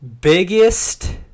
Biggest